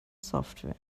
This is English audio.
software